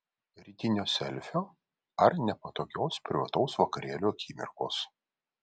rytinio selfio ar nepatogios privataus vakarėlio akimirkos